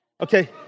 okay